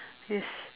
yes